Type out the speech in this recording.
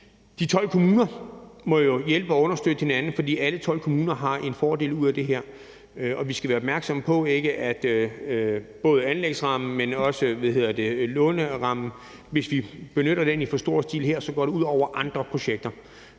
De 12 kommuner må jo hjælpe og understøtte hinanden, for alle 12 kommuner har en fordel ud af det her. Vi skal være opmærksomme på, at hvis vi benytter både anlægsrammen og lånerammen i for stort omfang her, går det ud over andre projekter.